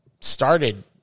started